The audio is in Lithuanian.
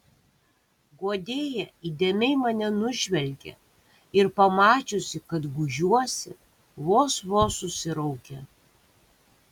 guodėja įdėmiai mane nužvelgė ir pamačiusi kad gūžiuosi vos vos susiraukė